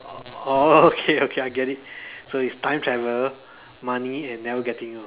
oh okay okay I get it so it's time travel money and never getting old